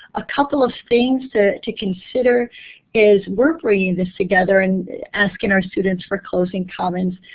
a couple of things to to consider is we're bringing this together and asking our students for closing comments.